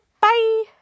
Bye